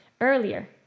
earlier